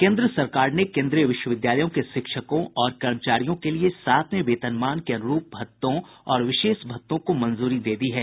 केन्द्र सरकार ने केन्द्रीय विश्वविद्यालयों के शिक्षकों और कर्मचारियों के लिए सातवें वेतनमान के अनुरूप भत्तों और विशेष भत्तों को मंजूरी दे दी है